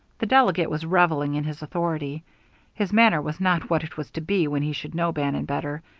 the delegate was revelling in his authority his manner was not what it was to be when he should know bannon better.